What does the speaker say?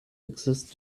exist